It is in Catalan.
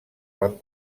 van